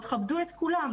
תכבדו את כולם.